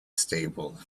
stable